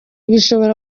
bishobora